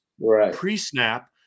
pre-snap